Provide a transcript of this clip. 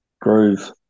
groove